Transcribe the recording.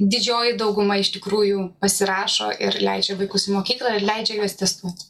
didžioji dauguma iš tikrųjų pasirašo ir leidžia vaikus į mokyklą ir leidžia juos testuot